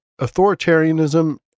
authoritarianism